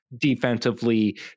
defensively